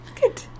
Good